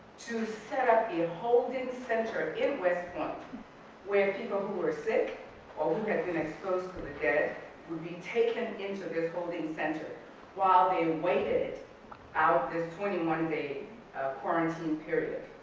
to set up a holding center in west point where people who were sick or who had kind of been exposed to the dead would be taken into this holding center while they waited out this twenty one day quarantine period.